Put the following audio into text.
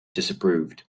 disapproved